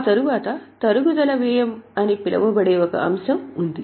ఆ తరువాత తరుగుదల వ్యయం అని పిలువబడే ఒక అంశం ఉంది